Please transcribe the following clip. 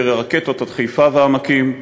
ירי הרקטות עד חיפה והעמקים,